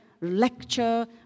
lecture